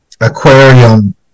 aquarium